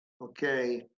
okay